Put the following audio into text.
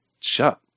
shut